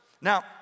Now